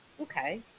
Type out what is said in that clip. Okay